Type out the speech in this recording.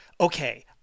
okay